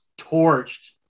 torched